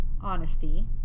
honesty